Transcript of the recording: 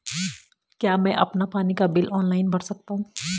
क्या मैं अपना पानी का बिल ऑनलाइन भर सकता हूँ?